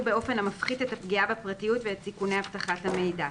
באופן המפחית את הפגיעה בפרטיות ואת סיכוני אבטחת המידע.